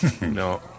No